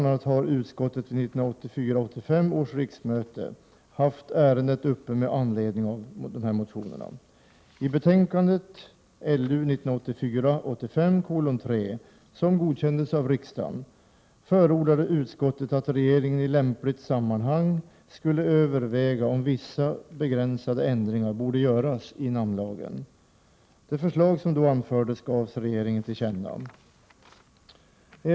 a. har utskottet vid 1984 85:3, som godkändes av riksdagen, förordade utskottet att regeringen i lämpligt sammanhang skulle överväga om vissa begränsade ändringar borde göras i namnlagen. De förslag som då framfördes gavs regeringen till känna.